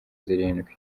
zirindwi